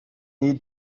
need